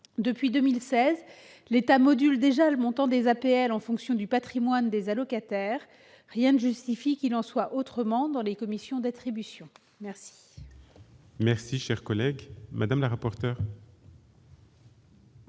Depuis 2016, l'État module déjà le montant des APL en fonction du patrimoine des allocataires. Rien ne justifie qu'il en soit autrement dans les commissions d'attribution. Quel est l'avis de la commission